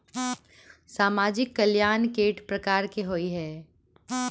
सामाजिक कल्याण केट प्रकार केँ होइ है?